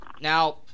Now